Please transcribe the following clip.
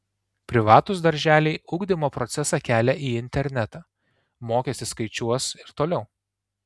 privatūs darželiai ugdymo procesą kelia į internetą mokestį skaičiuos ir toliau